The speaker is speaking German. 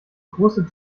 große